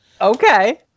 okay